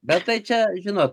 bet tai čia žinot